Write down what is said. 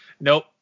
Nope